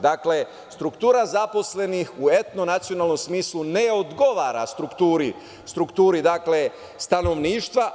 Dakle, struktura zaposlenih u etno nacionalnom smislu ne odgovara strukturi stanovništva.